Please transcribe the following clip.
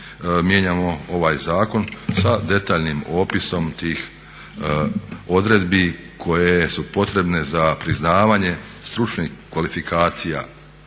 mijenjamo ovaj zakon sa detaljnim opisom tih odredbi koje su potrebne za priznavanje stručnih kvalifikacija